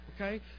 Okay